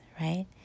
right